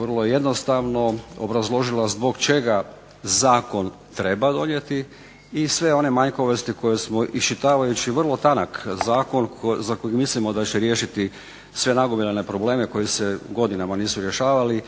vrlo jednostavno obrazložila zbog čega zakon treba donijeti i sve one manjkavosti koje smo iščitavajući vrlo tanak zakon za kojeg mislimo da će riješiti sve nagomilane probleme koji se godinama nisu rješavali,